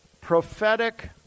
prophetic